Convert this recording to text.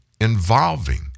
involving